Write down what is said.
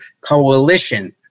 coalition